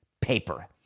paper